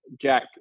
Jack